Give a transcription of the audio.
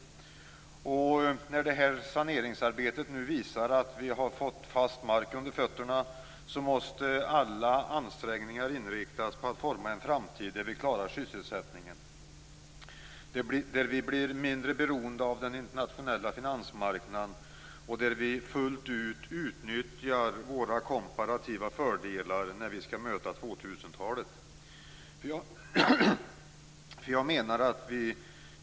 När det efter detta saneringsarbete nu visar sig att vi har fått fast mark under fötterna måste alla ansträngningar inriktas på att forma en framtid där vi klarar sysselsättningen, där vi blir mindre beroende av den internationella finansmarknaden och där vi fullt ut utnyttjar våra komparativa fördelar när vi skall möta 2000-talet.